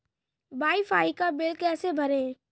Wi fi का bill कैसे भरें?